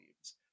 leaves